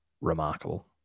remarkable